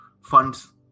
funds